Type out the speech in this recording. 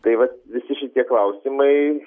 tai vat visi šitie klausimai